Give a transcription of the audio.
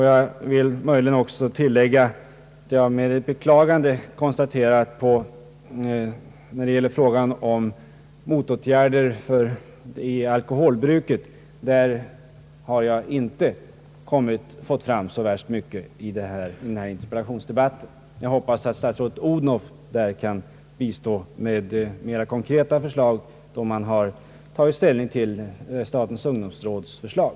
Jag vill också tillägga att jag med beklagande konstaterar att jag när det gäller motåtgärder mot alkoholbruket inte fått fram särsdeles mycket i denna interpellationsdebatt. Jag hoppas att statsrådet Odhnoff kan bistå med mera konkreta förslag, sedan man tagit ställning till statens ungdomsråds förslag.